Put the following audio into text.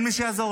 ואין מי שיעזור.